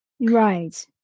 right